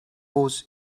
was